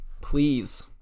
please